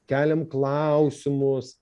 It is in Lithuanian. keliam klausimus